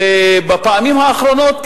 ובפעמים האחרונות,